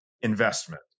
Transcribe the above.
investment